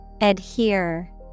adhere